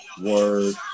Word